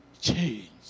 change